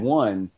one